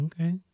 Okay